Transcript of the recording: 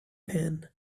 pen